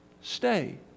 stay